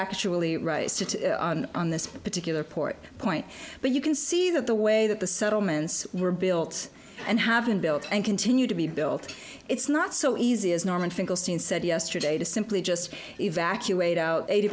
factually right on this particular port point but you can see that the way that the settlements were built and have been built and continue to be built it's not so easy as norman finkelstein said yesterday to simply just evacuate out eighty